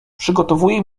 przygotowuje